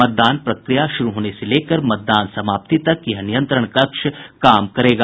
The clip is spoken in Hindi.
मतदान प्रक्रिया शुरू होने से लेकर मतदान समाप्ति तक यह नियंत्रण कक्ष काम करेगा